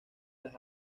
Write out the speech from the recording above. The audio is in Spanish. las